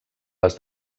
les